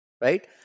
right